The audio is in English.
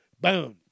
boom